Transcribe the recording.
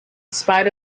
spite